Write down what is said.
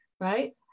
right